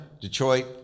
Detroit